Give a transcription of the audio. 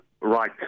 right